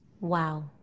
Wow